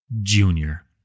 Junior